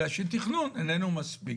אלא שתכנון איננו מספיק.